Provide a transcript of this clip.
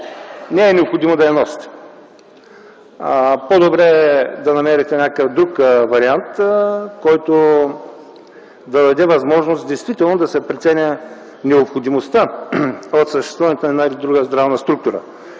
Не е необходимо да я носите. По-добре е да намерите друг вариант, който да даде възможност действително да се преценява необходимостта от съществуването на една или друга здравна структура.